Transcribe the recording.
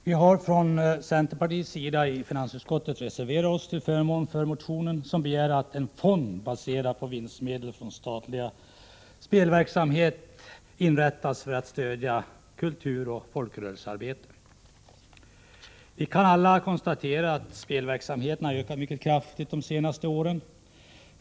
Vi har från centerpartiets sida i finansutskottet reserverat oss till förmån för motionen som begär att en fond, baserad på vinstmedel från statlig spelverksamhet, inrättas för att stödja kultur och folkrörelsearbete. Vi kan alla konstatera att spelverksamheten har ökat mycket kraftigt de senaste åren.